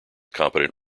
competent